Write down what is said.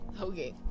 Okay